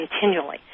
continually